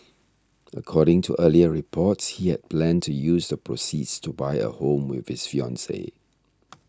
according to earlier reports he had planned to use the proceeds to buy a home with his fiancee